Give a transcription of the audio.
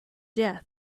death